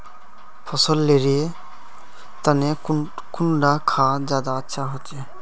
फसल लेर तने कुंडा खाद ज्यादा अच्छा होचे?